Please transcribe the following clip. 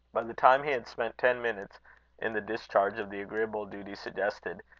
by the time he had spent ten minutes in the discharge of the agreeable duty suggested,